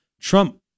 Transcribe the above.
Trump